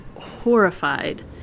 horrified